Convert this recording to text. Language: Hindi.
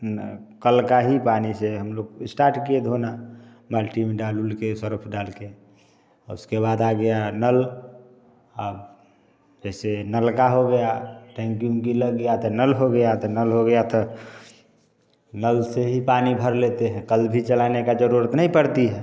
ना कल का ही पानी से हम लोग इस्टाट किए धोना बाल्टी में डाल ओल के सरफ डाल के उसके बाद आ गया नल अब जैसे नलका हो गया टंकी ओंकी लग गया तो नल हो गया तो नल हो गया तो नल से ही पानी भर लेते हैं कल भी चलाने का जरूरत नहीं पड़ती है